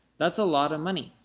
that's a lot of money.